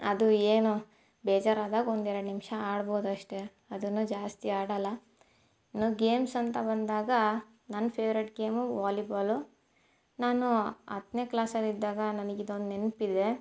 ಅದು ಏನು ಬೇಜಾರಾದಾಗ ಒಂದೆರಡು ನಿಮಿಷ ಆಡ್ಬೋದಷ್ಟೇ ಅದನ್ನು ಜಾಸ್ತಿ ಆಡೋಲ್ಲ ಇನ್ನು ಗೇಮ್ಸ್ ಅಂತ ಬಂದಾಗ ನನ್ನ ಫೆವ್ರೇಟ್ ಗೇಮು ವಾಲಿಬಾಲು ನಾನು ಹತ್ತನೇ ಕ್ಲಾಸಲ್ಲಿದ್ದಾಗ ನನಗ್ ಇದೊಂದು ನೆನಪಿದೆ